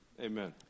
Amen